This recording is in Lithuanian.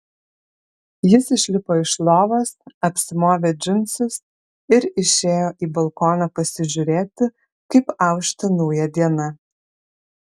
jis išlipo iš lovos apsimovė džinsus ir išėjo į balkoną pasižiūrėti kaip aušta nauja diena